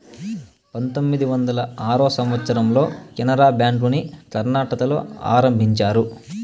పంతొమ్మిది వందల ఆరో సంవచ్చరంలో కెనరా బ్యాంకుని కర్ణాటకలో ఆరంభించారు